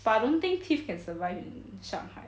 but I don't think tiff can survive in 上海